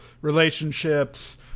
relationships